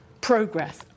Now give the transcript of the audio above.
progress